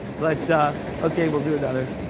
but okay, we'll do another.